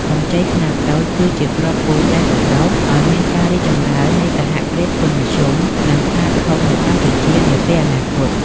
កម្ចីខ្នាតតូចគឺជាគ្រាប់ពូជដែលបណ្ដុះឱ្យមានការរីកចម្រើននៃសហគ្រាសធុនមធ្យម និងខ្នាតធំនៅកម្ពុជានាពេលអនាគត។